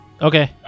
Okay